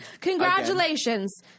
Congratulations